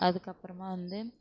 அதுக்கப்புறமா வந்து